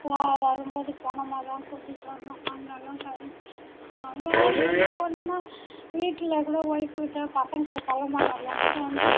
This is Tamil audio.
வரும்போது பிணமாதான் கூட்டிகிட்டு வந்தோம் அந்தளவுக்கு ஆகிடுச்சி அவ்வளோ எதுனா ஒன்றுனா வீட்டில் கூட ஒய்ஃப் கிட்ட பசங்கள் கிட்ட சொல்ல மாட்டார் என்கிட்டே வந்துதான் மா